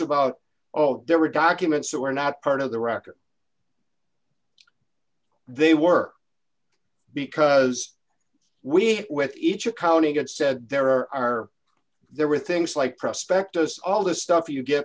about oh there were documents that were not part of the record they were because we had with each accounting it said there are there were things like prospectus all the stuff you get